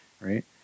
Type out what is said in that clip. right